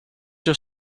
your